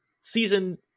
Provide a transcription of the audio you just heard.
Season